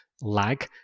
lag